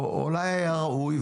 או אולי היה ראוי,